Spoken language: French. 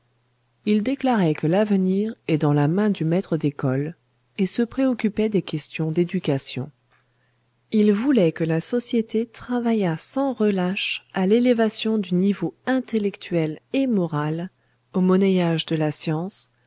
il déclarait que l'avenir est dans la main du maître d'école et se préoccupait des questions d'éducation il voulait que la société travaillât sans relâche à l'élévation du niveau intellectuel et moral au monnayage de la science